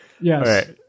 yes